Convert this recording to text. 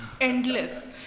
Endless